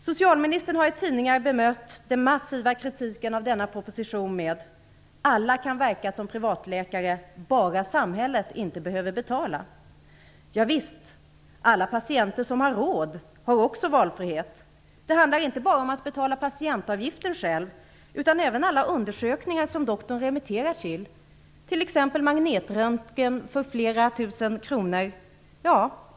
Socialministern har i tidningar bemött den massiva kritiken av denna proposition med att säga att alla kan verka som privatläkare, bara samhället inte behöver betala. Ja visst, alla patienter som har råd har också valfrihet. Det handlar inte bara om att betala patientavgiften själv, utan man måste också betala alla de undersökningar som doktorn remitterar till, t.ex. magnetröntgen för flera tusen kronor.